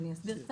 אני אסביר.